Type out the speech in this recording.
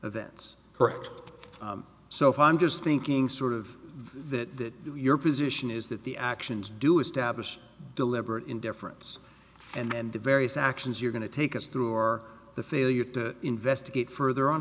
events correct so if i'm just thinking sort of that your position is that the actions do establish deliberate indifference and the various actions you're going to take us through or the failure to investigate further on